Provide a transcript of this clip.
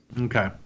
Okay